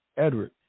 Edward